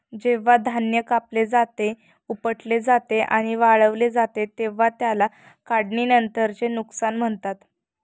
जेव्हा धान्य कापले जाते, उपटले जाते आणि वाळवले जाते तेव्हा त्याला काढणीनंतरचे नुकसान म्हणतात